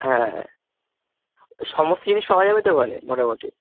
হ্যাঁ ঐ সমস্ত জিনিস পাওয়া যাবে তো ওখানে মোটামুটি